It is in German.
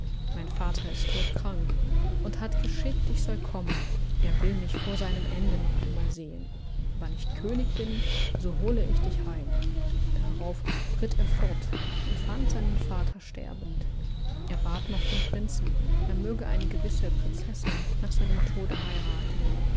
mein vater ist todtkrank und hat geschickt ich soll kommen er will mich vor seinem ende noch einmal sehen wann ich könig bin so hole ich dich heim darauf ritt er fort und fand seinen vater sterbend er bat noch den prinzen er möge eine gewisse prinzessin nach seinem tode heirathen